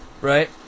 right